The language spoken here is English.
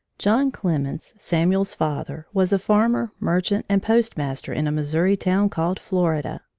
john clemens, samuel's father, was a farmer, merchant, and postmaster in a missouri town, called florida.